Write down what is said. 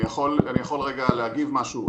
אני יכול לומר משהו?